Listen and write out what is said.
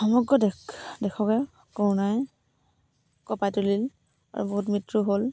সমগ্ৰ দেশকে কৰোণাই কঁপাই তুলিল বহুত মৃত্যু হ'ল